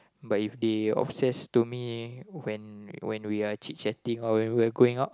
but if they obsess to me when when we are chit chatting or when we are going out